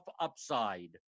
upside